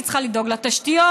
היא צריכה לדאוג לתשתיות,